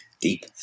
Deep